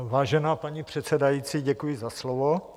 Vážená paní předsedající, děkuji za slovo.